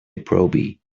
proby